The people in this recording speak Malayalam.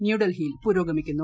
ന്യൂഡൽഹിയിൽ പുരോഗമിക്കുന്നു